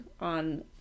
on